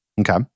Okay